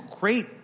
great